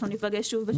אנחנו ניפגש שוב.